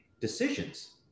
decisions